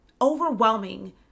overwhelming